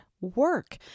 work